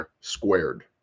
squared